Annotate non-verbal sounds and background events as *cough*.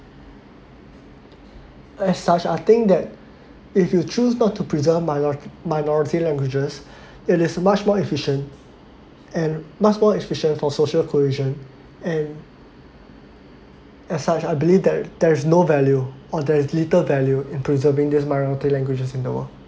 *breath* as such I think that if you choose not to preserve minor~ minority languages *breath* it is much more efficient and much more efficient for social cohesion and as such I believe that there is no value or there is little value in preserving these minority languages in the world